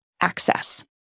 access